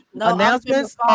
announcements